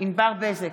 ענבר בזק,